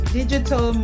digital